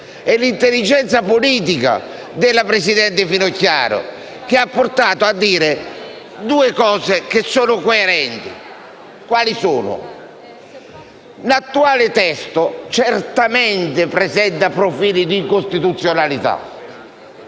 dell'intelligenza politica della presidente Finocchiaro che ha portato a due affermazioni coerenti. In primo luogo, l'attuale testo certamente presenta profili di incostituzionalità